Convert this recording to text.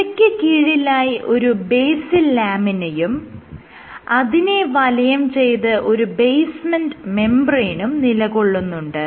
ഇവയ്ക്ക് കീഴിലായി ഒരു ബേസൽ ലാമിനയും അതിനെ വലയം ചെയ്ത് ഒരു ബേസ്മെന്റ് മെംബ്രേയ്നും നിലകൊള്ളുന്നുണ്ട്